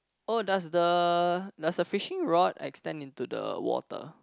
oh does the does the fishing rod extend into the water